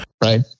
Right